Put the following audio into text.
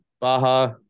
Baja